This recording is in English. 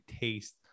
taste